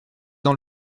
dans